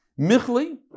Michli